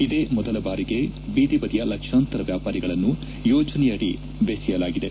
ಇದೇ ಮೊದಲ ಬಾರಿಗೆ ಬೀದಿ ಬದಿಯ ಲಕ್ಷಾಂತರ ವ್ಯಾಪಾರಿಗಳನ್ನು ಯೋಜನೆಯಡಿ ಬೆಸೆಯಲಾಗಿದೆ